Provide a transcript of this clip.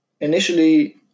initially